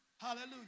Hallelujah